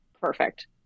Perfect